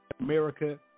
America